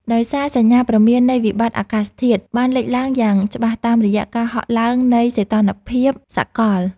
ដោយសារសញ្ញាព្រមាននៃវិបត្តិអាកាសធាតុបានលេចឡើងយ៉ាងច្បាស់តាមរយៈការហក់ឡើងនៃសីតុណ្ហភាពសកល។